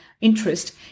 interest